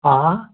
हा